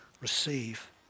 receive